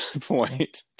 point